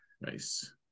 nice